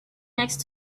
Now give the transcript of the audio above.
next